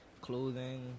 clothing